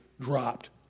dropped